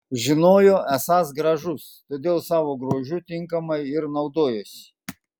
žinojo esąs gražus todėl savo grožiu tinkamai ir naudojosi